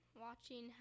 watching